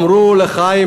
אמרו: לחיים,